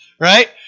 right